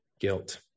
guilt